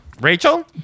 Rachel